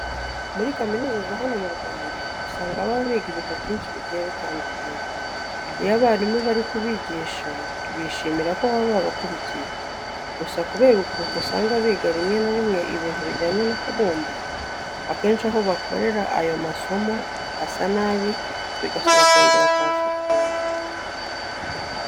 Muri kaminuza za hano mu Rwanda usanga baba biga ibintu byinshi bigiye bitandukanye. Iyo abarimu bari kubigisha bishimira ko baba babakurikiye. Gusa kubera ukuntu usanga biga rimwe na rimwe ibintu bijyanye no kubumba, akenshi aho bakoreye ayo masomo hasa nabi bigasaba kongera kuhasukura.